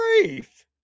grief